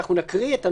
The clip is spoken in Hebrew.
אנחנו נקרא את הנוסח,